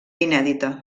inèdita